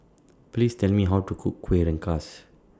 Please Tell Me How to Cook Kueh Rengas